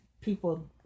people